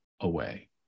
away